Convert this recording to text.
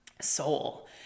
soul